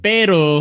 Pero